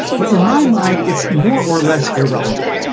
but in my mind, it's more or less irrelevant.